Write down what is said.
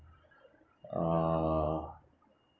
uh